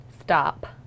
stop